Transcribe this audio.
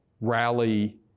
rally